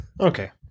Okay